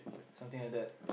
something like that